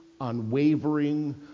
unwavering